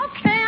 Okay